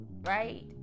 right